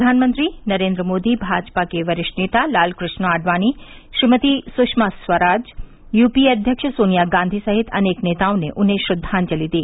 प्रवानमंत्री नरेन्द्र मोदी भाजपा के वरिष्ठ नेता लालकृष्ण आडवानी श्रीमती सुषमा स्वराज यूपीए अध्यक्ष सोनिया गांधी सहित अनेक नेताओं ने उन्हें श्रद्वांजलि दी